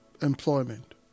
employment